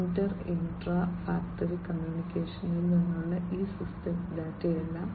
Inter intra factory കമ്മ്യൂണിക്കേഷനിൽ നിന്നുള്ള ഈ ഡാറ്റയെല്ലാം